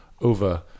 over